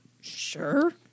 Sure